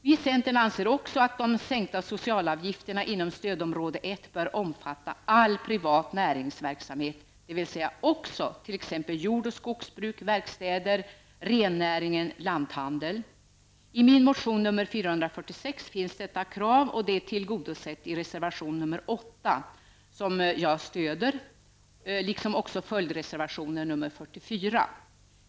Vi i centern anser också att de sänkta sociala avgifterna inom stödområde 1 bör omfatta all privat näringsverksamhet, dvs. också jord och skogsbruk, verkstäder, rennäring och lanthandel. I min motion 446 finns detta krav och återfinns i reservation 8, som jag stöder liksom även följdreservationen 44.